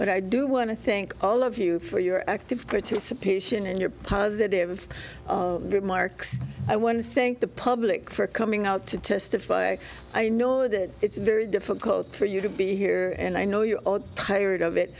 but i do want to thank all of you for your active participation and your positive remarks i want to think the public for coming out to testify i know that it's very difficult for you to be here and i know you tired of it